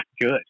good